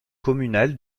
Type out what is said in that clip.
communal